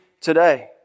today